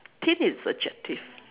thin is adjective